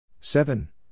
Seven